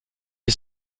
est